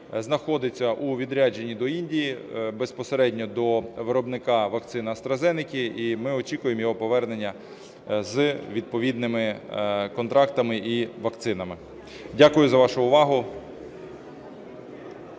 знаходиться у відрядженні до Індії, безпосередньо до виробника вакцини AstraZeneca. І ми очікуємо його повернення з відповідними контрактами і вакцинами. Дякую за вашу увагу.